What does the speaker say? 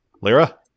Lyra